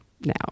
now